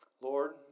Lord